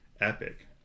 epic